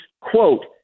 quote